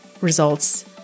results